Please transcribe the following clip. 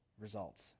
results